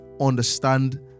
understand